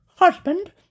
Husband